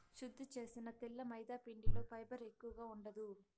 శుద్ది చేసిన తెల్ల మైదాపిండిలో ఫైబర్ ఎక్కువగా ఉండదు